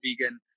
vegan